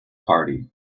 party